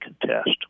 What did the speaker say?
contest